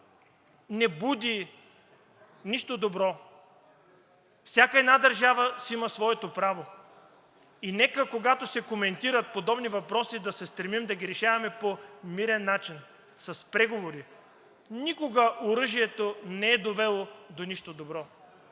не буди нищо добро. Всяка една държава си има своето право. Нека, когато се коментират подобни въпроси, да се стремим да ги решаваме по мирен начин, с преговори. Никога оръжието не е довело до нищо добро.